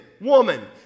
woman